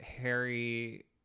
Harry